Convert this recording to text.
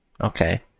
okay